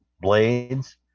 blades